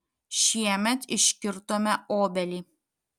šiemet iškirtome obelį